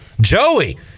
Joey